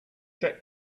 that